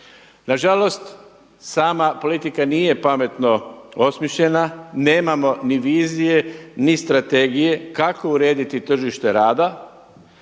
Nažalost, sama politika nije pametno osmišljena, nemam oni vizije, ni strategije kako urediti tržište rada